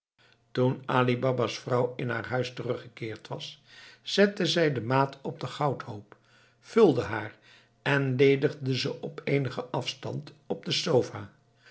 toen ali baba's vrouw in haar huis teruggekeerd was zette zij de maat op den goudhoop vulde haar en ledigde ze op eenigen afstand op de sofa